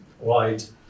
right